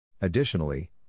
Additionally